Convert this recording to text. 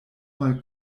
mal